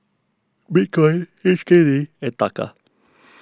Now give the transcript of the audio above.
Bitcoin H K D and Taka